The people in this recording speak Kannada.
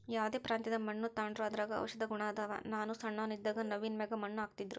ಯಾವ್ದೇ ಪ್ರಾಂತ್ಯದ ಮಣ್ಣು ತಾಂಡ್ರೂ ಅದರಾಗ ಔಷದ ಗುಣ ಅದಾವ, ನಾನು ಸಣ್ಣೋನ್ ಇದ್ದಾಗ ನವ್ವಿನ ಮ್ಯಾಗ ಮಣ್ಣು ಹಾಕ್ತಿದ್ರು